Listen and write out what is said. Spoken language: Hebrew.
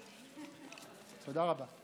תודה רבה.